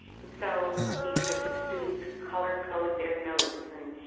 and so these are the students who color code their notes and,